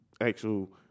actual –